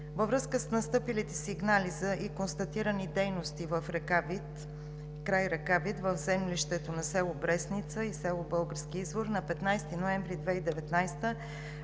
Във връзка с настъпилите сигнали и констатирани дейности край река Вит в землището на село Брестница и село Български извор, на 15 ноември 2019